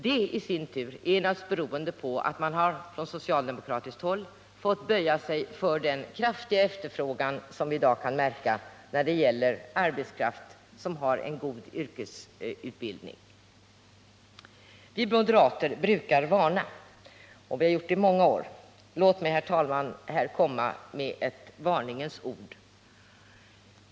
Det beror naturligtvis på att man på socialdemokratiskt håll har måst böja sig för den kraftiga efterfrågan som vi i dag har på arbetskraft med god yrkesutbildning. Vi moderater brukar varna — vi har gjort det i många år — och låt mig här komma med ett varningens ord.